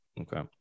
Okay